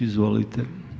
Izvolite.